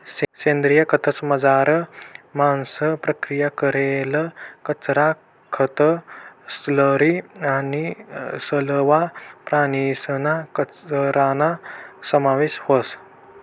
सेंद्रिय खतंसमझार मांस प्रक्रिया करेल कचरा, खतं, स्लरी आणि सरवा प्राणीसना कचराना समावेश व्हस